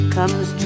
Comes